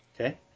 Okay